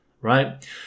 right